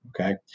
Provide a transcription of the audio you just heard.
Okay